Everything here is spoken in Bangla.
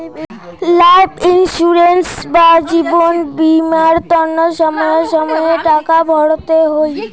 লাইফ ইন্সুরেন্স বা জীবন বীমার তন্ন সময়ে সময়ে টাকা ভরতে হই